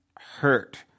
hurt